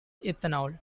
ethanol